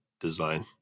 design